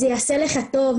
זה יעשה לך טוב,